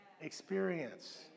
experience